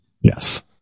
Yes